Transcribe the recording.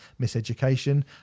Miseducation